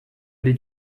did